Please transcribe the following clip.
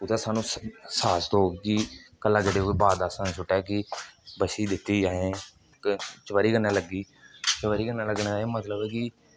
ओह्दा सानू एहसास ते होग कि कल बच्छी दित्ती असें इक चबरीऽ कन्नै लग्गी गेई चबरीऽ कन्नै लग्गने दा एह् मतलब ऐ कि